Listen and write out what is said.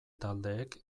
taldeek